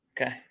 Okay